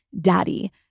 daddy